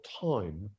time